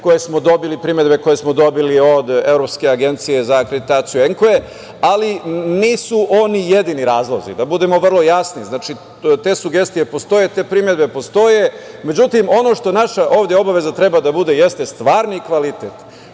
koje smo dobili, primedbe koje smo dobili od Evropske agencije za akreditaciju ENKUE, ali nisu oni jedini razlozi. Da budemo vrlo jasni, znači te sugestije postoje, te primedbe postoje, međutim, ono što naša ovde obaveza treba da bude jeste stvarni kvalitet.